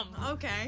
Okay